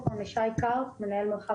שי קרפ ממרחב